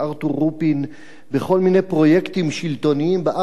רופין בכל מיני פרויקטים שלטוניים בארץ,